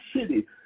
city